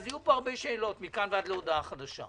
אז יהיו פה הרבה שאלות מכאן ועד להודעה חדשה.